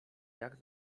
jak